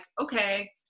okay